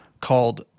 called